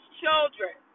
children